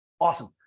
Awesome